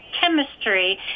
chemistry